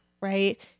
right